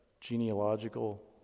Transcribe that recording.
genealogical